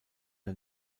der